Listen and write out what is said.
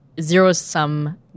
zero-sum